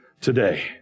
today